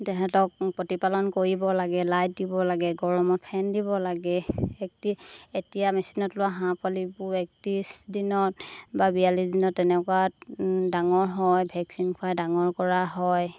তাহাঁতক প্ৰতিপালন কৰিব লাগে লাইট দিব লাগে গৰমত ফেন দিব লাগে একটি এতিয়া মেচিনত লোৱা হাঁহ পোৱালিবোৰ একত্ৰিছ দিনত বা বিয়াল্লিছ দিনত তেনেকুৱাত ডাঙৰ হয় ভেকচিন খুৱাই ডাঙৰ কৰা হয়